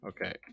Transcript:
Okay